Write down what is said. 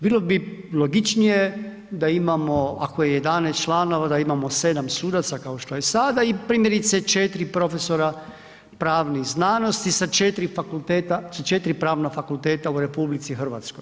Bilo bi logičnije da imamo ako je 11 članova, da imamo 7 sudaca kao što je sada i primjerice 4 profesora pravnih znanosti sa 4 pravna fakulteta u RH.